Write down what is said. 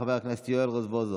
חבר הכנסת יואל רזבוזוב,